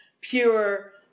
pure